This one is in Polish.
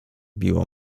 biło